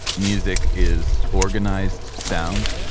music is organized sound.